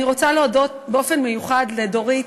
אני רוצה להודות באופן מיוחד לדורית,